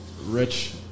Rich